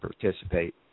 participate